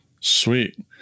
Sweet